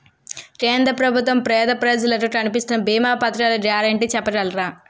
కేంద్ర ప్రభుత్వం పేద ప్రజలకై కలిపిస్తున్న భీమా పథకాల గ్యారంటీ చెప్పగలరా?